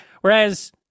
Whereas